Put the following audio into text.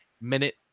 minute